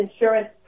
Insurance